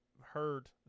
heard